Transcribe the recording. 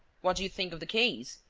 what do you think of the case?